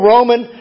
Roman